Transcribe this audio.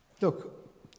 look